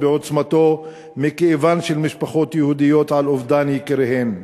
בעוצמתו מכאבן של משפחות יהודיות על אובדן יקיריהן.